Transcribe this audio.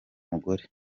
mugore